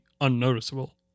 unnoticeable